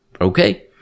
okay